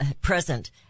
present